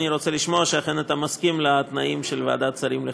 אני רוצה לשמוע שאכן אתה מסכים לתנאים של ועדת שרים לחקיקה.